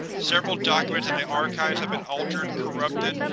several documents in the archives have been altered, corrupted,